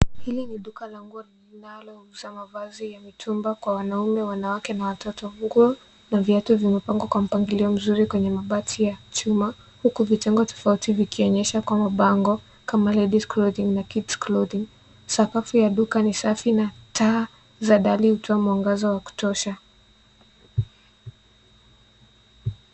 Hili ni duka la nguo linalouza mavazi ya mitumba kwa wanaume, wanawake na watoto. Nguo na viatu vimepangwa kwa mpangilio mzuri kwenye mabati ya chuma, huku vitengo tofauti vikionyesha kwa mabango, kama ladies clothing na kids clothing . sakafu ya duka ni safi na taa za ndani hutoa mwangaza wa kutosha.